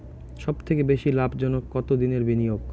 সবথেকে বেশি লাভজনক কতদিনের বিনিয়োগ?